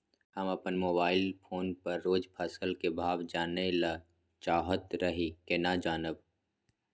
हम अपन mobile phone पर रोज फसल के भाव जानय ल चाहैत रही केना जानब?